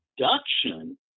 production